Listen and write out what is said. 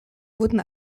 wurden